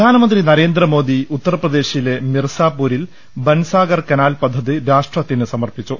പ്രധാന മന്ത്രി നരേന്ദ്ര മോദി ഉത്തർപ്ര ദേശിലെ മിർസാ പൂരിൽ ബൻസാഗർ കനാൽപദ്ധതി രാഷ്ട്രത്തിന് സമർപ്പിച്ചു